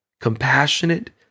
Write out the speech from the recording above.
compassionate